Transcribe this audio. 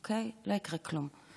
אוקיי, לא יקרה כלום.